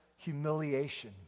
humiliation